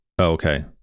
okay